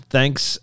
Thanks